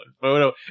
photo